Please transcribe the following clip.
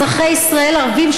אזרחי ישראל ערבים,